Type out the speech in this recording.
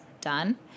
done